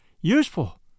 useful